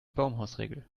baumhausregel